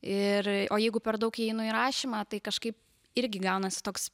ir o jeigu per daug įeinu į rašymą tai kažkaip irgi gaunasi toks